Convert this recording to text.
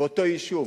באותו יישוב,